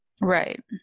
Right